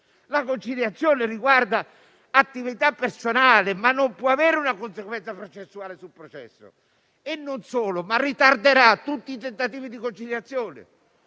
la conciliazione riguarda attività personali, ma non può avere una conseguenza processuale sul processo. Inoltre, ritarderà tutti i tentativi di conciliazione.